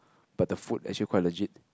but the food actually quite legit